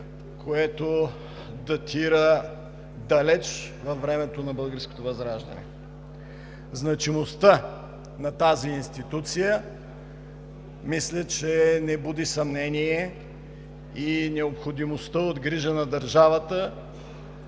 което датира далеч във времето на Българското възраждане. Значимостта на тази институция мисля, че не буди съмнение и необходимостта от грижа на държавата